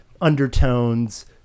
undertones